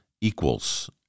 equals